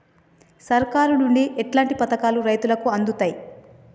సర్కారు నుండి ఎట్లాంటి పథకాలు రైతులకి అందుతయ్?